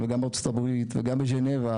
וגם ארצות הברית וגם בז'נבה,